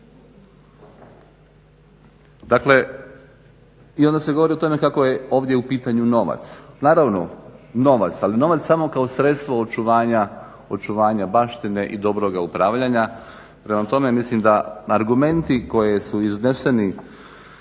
Dakle i onda se govori o tome kako je ovdje u pitanju novac. Naravno novac, ali novac samo kao sredstvo očuvanja baštine i dobroga upravljanja. Prema tome, mislim da argumenti koji su izneseni